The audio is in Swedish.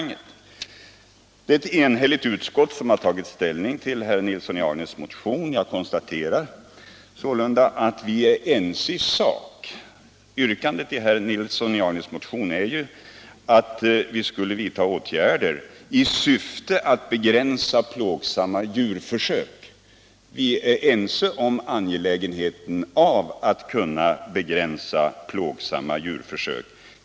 Det är ett enhälligt utskott som har tagit ställning till herr Nilssons i Agnäs motion. Jag konstaterar också att vi är ense i sak med motionären. Yrkandet i herr Nilssons i Agnäs motion är ju att vi skulle vidta åtgärder i syfte att begränsa plågsamma djurförsök. Vi är ense om angelägenheten av att kunna begränsa plågsamma djurförsök.